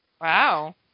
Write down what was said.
Wow